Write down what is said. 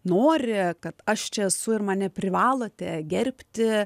nori kad aš čia esu ir mane privalote gerbti